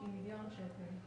היא מיליון שקלים.